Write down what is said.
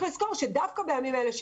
צריך לזכור שדווקא בימים האלה,